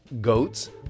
goats